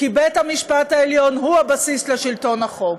כי בית-המשפט העליון הוא הבסיס לשלטון החוק.